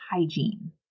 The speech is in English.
hygiene